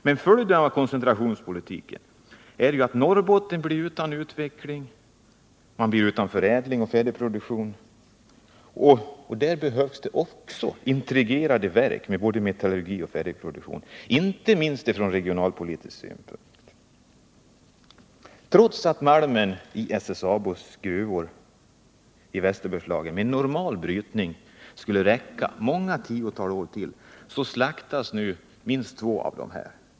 Men följden av koncentrationspolitiken är ju att Norrbotten blir utan utveckling, utan förädling och utan färdigproduktion. Där behövs det också integrerade verk med både metallurgi och färdigproduktion, inte minst från regionalpolitisk synpunkt. Trots att malmen i SSAB:s gruvor i Västerbergslagen med normal brytning skulle räcka många tiotal år till slaktas nu minst två av dem.